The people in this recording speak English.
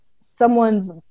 someone's